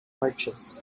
arches